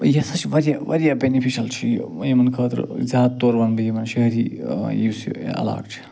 یہِ ہسا چھِ واریاہ واریاہ بٮ۪نِفِشَل چھُ یہِ یِمَن خٲطرٕ زیادٕ تور وَنہٕ بہٕ یِمَن شہری یُس یہِ علاقہٕ چھِ